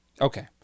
Okay